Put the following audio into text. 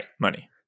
money